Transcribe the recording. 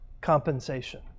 compensation